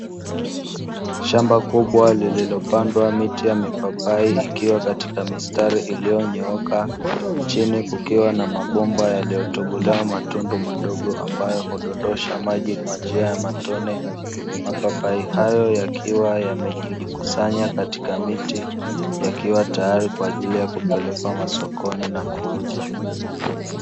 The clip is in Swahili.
Shamba kubwa lililopandwa miti ya mipapai ikiwa katika mistari iliyonyooka chini kukiwa na mabomba yaliyotobolewa matundu madogo ambayo hudondosha maji kwa njia ya matone. Mapapai hayo yakiwa yamejikusanya katika miti, yakiwa tayari kwa ajili ya kupelekwa masokoni na kuuzwa.